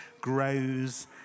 grows